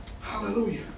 Hallelujah